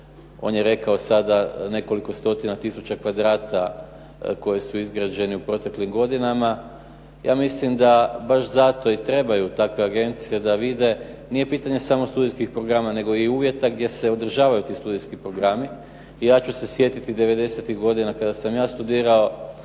On je rekao sada, nekoliko stotina tisuća kvadrata koji su izgrađeni u proteklim godinama, ja mislim da baš zato i trebaju takve agencije da vide. Nije pitanje samo studijskih programa, nego i uvjeta gdje se održavaju ti studijski programi i ja ću se sjetiti '90.-tih godina kada sam ja studirao